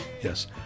Yes